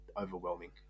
overwhelming